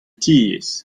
tiez